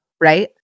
Right